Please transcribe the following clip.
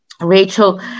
Rachel